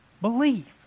believe